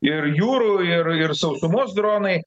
ir jūrų ir ir sausumos dronai